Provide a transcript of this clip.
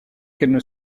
qu’elles